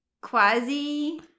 Quasi